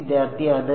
വിദ്യാർത്ഥി അത്